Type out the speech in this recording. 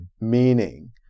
meaning